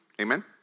Amen